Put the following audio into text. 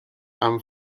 and